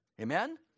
Amen